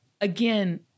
again